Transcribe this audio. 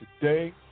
today